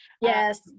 Yes